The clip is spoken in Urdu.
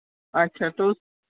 اچھا تو